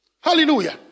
Hallelujah